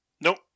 Nope